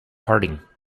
parting